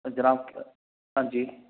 जनाब हां जी